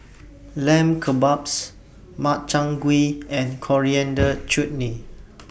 Lamb Kebabs Makchang Gui and Coriander Chutney